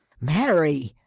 mary!